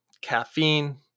caffeine